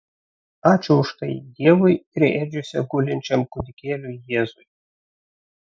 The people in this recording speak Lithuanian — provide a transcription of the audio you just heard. ačiū už tai dievui ir ėdžiose gulinčiam kūdikėliui jėzui